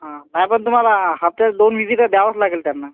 हा हा पण तुम्हाला हप्त्यात दोन व्हिजिटं द्यावंच लागेल त्यांना